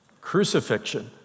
crucifixion